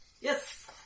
Yes